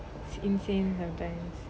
it's insane her plan